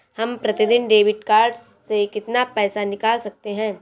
हम प्रतिदिन debit card से कितना पैसा निकाल सकते हैं?